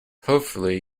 hopefully